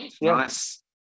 nice